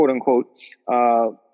quote-unquote